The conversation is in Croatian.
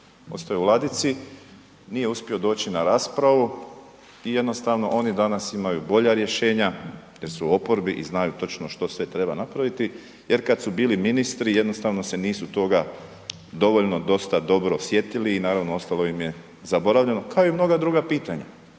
ostao je u ladici, nije uspio doći na raspravu i jednostavno oni danas imaju bolja rješenja jer su u oporbi i znaju točno što sve treba napraviti jer kad su bili ministri jednostavno se nisu toga dovoljno dosta dobro sjetili i naravno ostalo im je zaboravljeno, kao i mnoga druga pitanja